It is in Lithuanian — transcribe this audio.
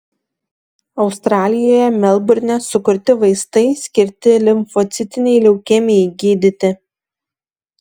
australijoje melburne sukurti vaistai skirti limfocitinei leukemijai gydyti